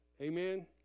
Amen